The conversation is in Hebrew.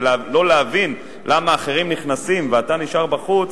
ולא להבין למה אחרים נכנסים ואתה נשאר בחוץ